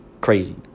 crazy